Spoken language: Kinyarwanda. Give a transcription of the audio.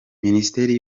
minisiteri